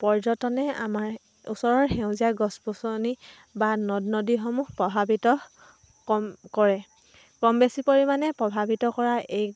পৰ্যটনে আমাৰ ওচৰৰ সেউজীয়া গছ গছনি বা নদ নদীসমূহ প্ৰভাৱিত কম কৰে কম বেছি পৰিমাণে প্ৰভাৱিত কৰা এই